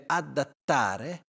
adattare